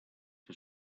for